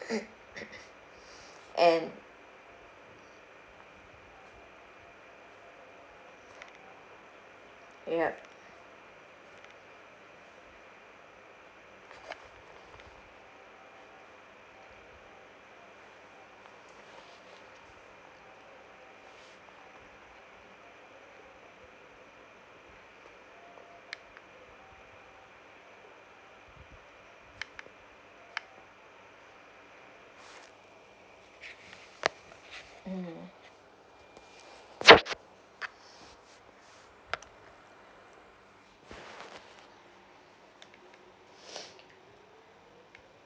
and ya mm